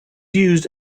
used